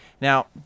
Now